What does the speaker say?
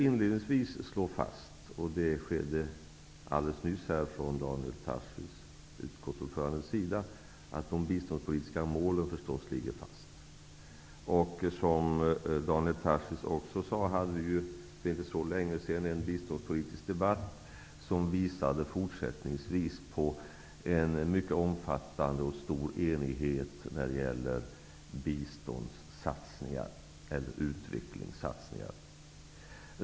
Inledningsvis vill jag slå fast -- och det gjordes också alldeles nyss här av utskottets ordförande Daniel Tarschys -- att de biståndspolitiska målen förstås ligger fast. Som Daniel Tarschys också sade, hade vi för inte så länge sedan en biståndspolitisk debatt som visade på en mycket omfattande och stor enighet när det gäller bistånds och utvecklingssatsningar.